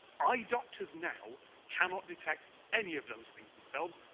eye doctors now cannot detect any of those things themselves,